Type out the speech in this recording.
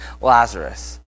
Lazarus